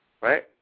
Right